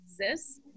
exists